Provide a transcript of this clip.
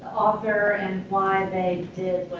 author and why they